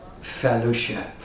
fellowship